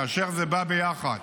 כאשר זה בא ביחד